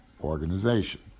organization